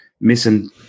missing